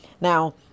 Now